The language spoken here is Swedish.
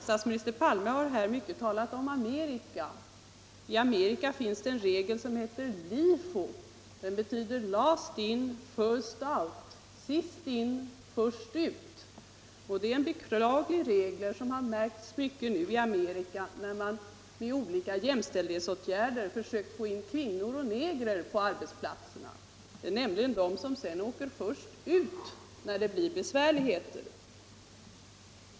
Statsminister Palme har här mycket talat om Amerika. I Amerika finns det en regel som kallas lifo. Det betyder last in, first out, dvs. sist in, först ut. Det är en beklaglig regel som har märkts mycket nu när man med olika jämställdhetsåtgärder försöker få in kvinnor och negrer på arbetsplatserna. Det är nämligen de som först åker ut, när det blir besvärligheter.